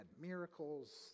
miracles